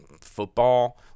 football